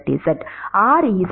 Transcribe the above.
இது rzz